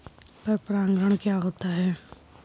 पर परागण क्या होता है?